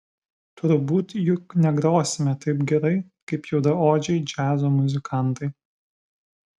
turbūt juk negrosime taip gerai kaip juodaodžiai džiazo muzikantai